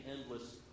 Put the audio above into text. endless